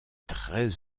très